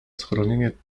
schronienie